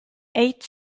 eight